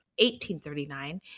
1839